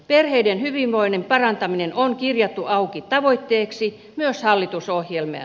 perheiden hyvinvoinnin parantaminen on kirjattu auki tavoitteeksi myös hallitusohjelmaan